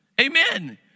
amen